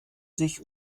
sich